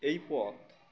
এই পথ